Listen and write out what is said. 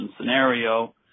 scenario